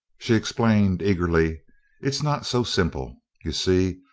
she explained eagerly it's not so simple. you see,